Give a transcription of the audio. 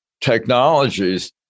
technologies